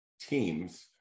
teams